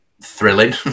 Thrilling